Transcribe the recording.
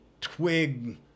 twig